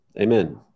Amen